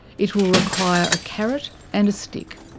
it will require a carrot and a stick.